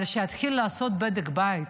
אבל שיתחיל לעשות בדק בית,